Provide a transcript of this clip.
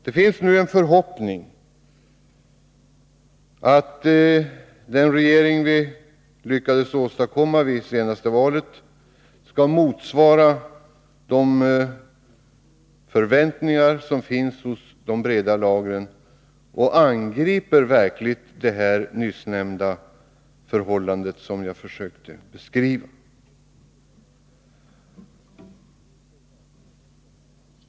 Det finns nu en förhoppning att den regering som vi lyckades åstadkomma vid det senaste valet skall motsvara de förväntningar som finns hos de breda lagren och angripa det förhållande som jag nyss försökte beskriva.